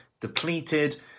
depleted